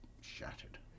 shattered